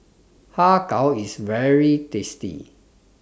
Har Kow IS very tasty